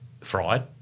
fried